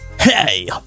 Hey